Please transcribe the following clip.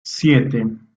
siete